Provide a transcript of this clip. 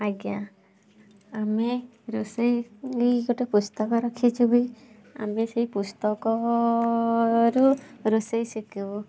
ଆଜ୍ଞା ଆମେ ରୋଷେଇ କୁ ନେଇ ଗୋଟେ ପୁସ୍ତକ ରଖିଛୁ ବି ଆମେ ସେଇ ପୁସ୍ତକରୁ ରୋଷେଇ ଶିକିବୁ